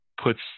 puts